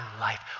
life